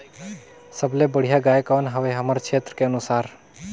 सबले बढ़िया गाय कौन हवे हमर क्षेत्र के अनुसार?